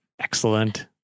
Excellent